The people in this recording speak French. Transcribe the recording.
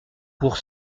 pour